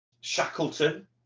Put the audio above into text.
shackleton